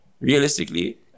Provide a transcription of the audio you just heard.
Realistically